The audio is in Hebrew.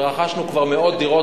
ורכשנו כבר מאות דירות,